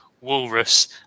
Walrus